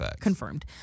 confirmed